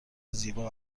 زیبا